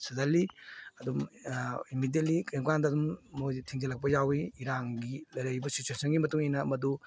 ꯁꯗꯟꯂꯤ ꯑꯗꯨꯝ ꯏꯃꯤꯗꯦꯠꯂꯤ ꯀꯩꯒꯨꯝ ꯀꯥꯟꯗ ꯑꯗꯨꯝ ꯃꯣꯏꯁꯤ ꯊꯤꯡꯖꯤꯜꯂꯛꯄ ꯌꯥꯎꯏ ꯏꯔꯥꯡꯒꯤ ꯂꯩꯔꯛꯏꯕ ꯁꯤꯆ꯭ꯋꯦꯁꯟꯒꯤ ꯃꯇꯨꯡ ꯏꯟꯅ ꯃꯗꯨ